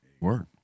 Work